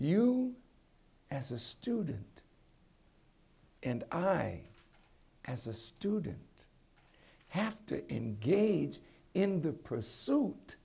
you as a student and i as a student have to engage in the pursuit